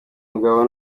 mugabo